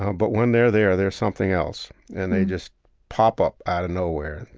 um but when they're there, they're something else. and they just pop up out of nowhere.